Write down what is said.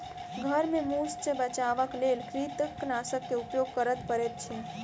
घर में मूस सॅ बचावक लेल कृंतकनाशक के उपयोग करअ पड़ैत अछि